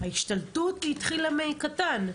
התחילה מדבר קטן.